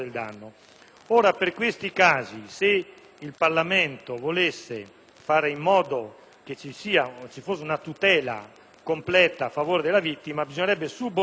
veramente assicurare una tutela completa in favore della vittima, bisognerebbe subordinare la sospensione condizionale in particolare al risarcimento del danno.